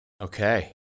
Okay